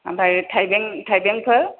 ओमफ्राय थाइबें थाइबेंफोर